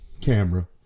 camera